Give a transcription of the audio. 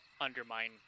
undermine